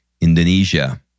Indonesia